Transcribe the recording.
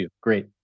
Great